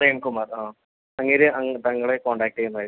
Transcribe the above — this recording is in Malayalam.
പ്രേം കുമാർ ആ അങ്ങേര് അങ്ങ് പെങ്ങളെ കോൺടാക്ട് ചെയ്യുന്നതായിരിക്കും